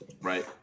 Right